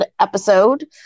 episode